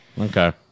okay